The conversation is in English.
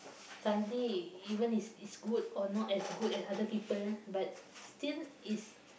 something even is is good or not as good as other people but still is